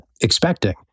expecting